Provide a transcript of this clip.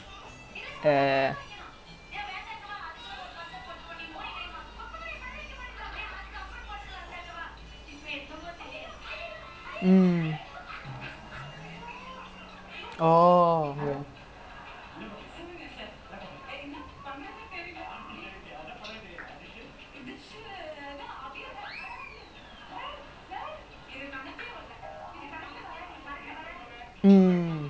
ya he nice guy lah he you like you can talk to him easily he also got like some not say problem but like a lot of like things that you like background problem in the family not the current family but family in the village then then now that's why he say he say he want to abandon all the indian roots lah he say what err அவன் வந்து:avan vanthu like he also don't want to live in singapore அவன் சொன்னா:avan sonnaa like I think he already set his plans like twenty something he wanna move to canada to settle